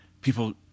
people